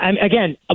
Again